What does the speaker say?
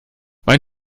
mein